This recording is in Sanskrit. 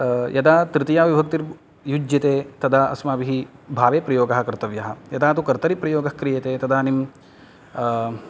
यदा तृतीयाविभक्तिर्युज्यते तदा अस्माभिः भावेप्रयोगाः कर्तव्यः यदा तु कर्तरिप्रयोगः क्रियते तदानीं